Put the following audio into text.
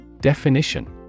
Definition